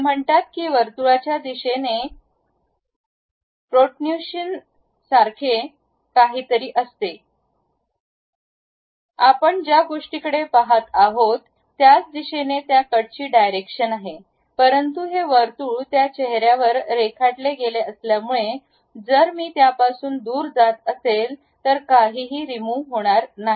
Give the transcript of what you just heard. ते म्हणतात की वर्तुळाच्या दिशेने प्रोन्ट्रन्यूशन सारखे काहीतरी असते आपण ज्या गोष्टीकडे पहात आहोत त्याच दिशेने त्या कट ची डायरेक्शन आहे परंतु हे वर्तुळ त्या चेहऱ्यावर रेखाटले गेले असल्यामुळे जर मी त्यापासून दूर जात असेल तर काहीही रिमू होणार नाही